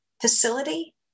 facility